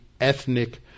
ethnic